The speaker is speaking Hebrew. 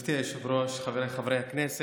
גברתי היושבת-ראש, חבריי חברי הכנסת,